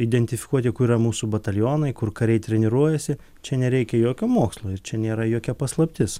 identifikuoti kur yra mūsų batalionai kur kariai treniruojasi čia nereikia jokio mokslo ir čia nėra jokia paslaptis